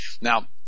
Now